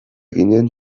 ginen